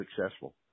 successful